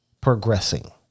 progressing